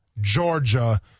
georgia